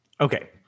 Okay